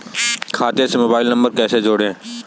खाते से mobile number कैसे जोड़ें?